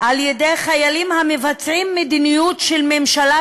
על-ידי חיילים המבצעים מדיניות של ממשלה